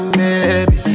baby